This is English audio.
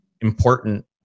important